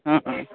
অঁ অঁ